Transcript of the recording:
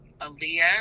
Aaliyah